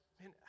man